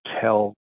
tell